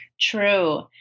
True